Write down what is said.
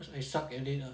cause I suck at it lah